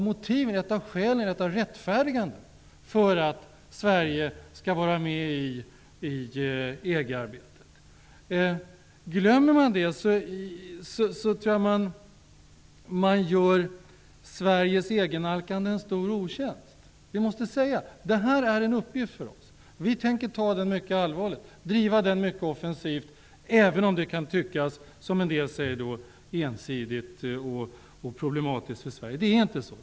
Det är ett av motiven som rättfärdigar att Sverige skall vara med i EG-arbetet. Glömmer man det, gör man Sveriges EG-nalkande en stor otjänst. Vi måste säga: Detta är en uppgift för oss. Vi tänker ta den mycket allvarligt och driva den mycket offensivt, även om det kan tyckas, som en del säger, ensidigt och problematiskt för Sverige. Det är inte så.